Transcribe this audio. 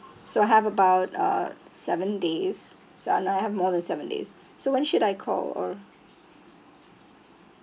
so I have about uh seven days seven I have more than seven days so when should I call or